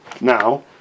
Now